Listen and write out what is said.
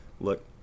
look